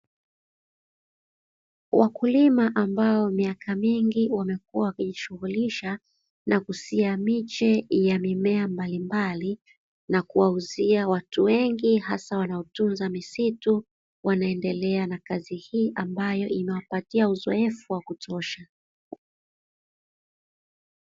Wakulima ambao miaka mingi wamekuwa wakijishughulisha na kusiha miche ya mimea mbalimbali, na kuwauzia watu wengi, hasa wanaotunza misitu, wanaendelea na kazi hii ambayo inawapatia uzoefu wa kutosha.